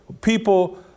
people